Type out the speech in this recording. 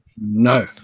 no